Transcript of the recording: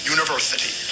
University